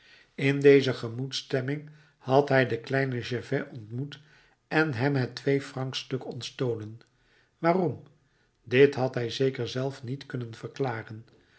in deze gemoedsstemming had hij den kleinen gervais ontmoet en hem het tweefrancstuk ontstolen waarom dit had hij zeker zelf niet kunnen verklaren